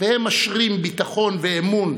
והם משרים ביטחון ואמון,